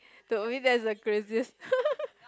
to me that's the craziest